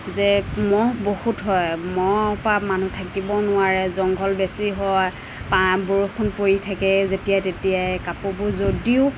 যে মহ বহুত হয় মহৰ পৰা মানুহ থাকিব নোৱাৰে জংঘল বেছি হয় পাতবোৰ খুব পৰি থাকে যেতিয়াই তেতিয়াই কাপোৰবোৰ যদিও